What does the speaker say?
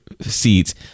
seats